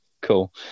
cool